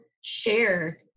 share